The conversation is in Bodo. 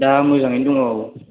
दा मोजाङैनो दङ